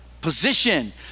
position